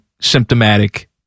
symptomatic